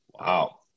wow